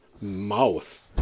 mouth